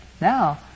Now